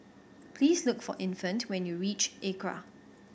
please look for Infant when you reach ACRA